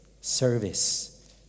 service